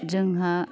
जोंहा